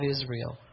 Israel